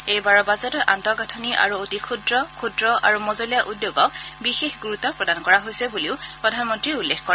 এইবাৰৰ বাজেটত আন্তঃগাঁথনি আৰু অতি ক্ষুদ্ৰ ক্ষুদ্ৰ আৰু মজলীয়া উদ্যোগক বিশেষ গুৰুত্ব প্ৰদান কৰা হৈছে বুলিও প্ৰধানমন্ত্ৰীয়ে উল্লেখ কৰে